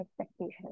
expectations